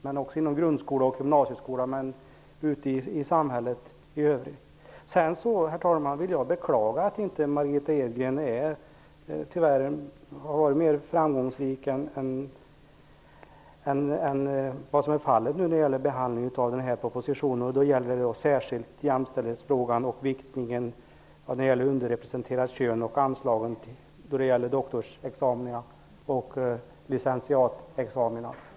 Det är inte bara inom grundskola och gymnasieskola. Herr talman! Jag vill beklaga att inte Margitta Edgren har varit mer framgångsrik än vad som är fallet när det gäller behandlingen av propositionen. Det gäller särskilt jämställdhetsfrågan, viktningen vad gäller underrepresenterat kön och anslagen vad gäller doktors och licenciatexamina.